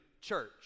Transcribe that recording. church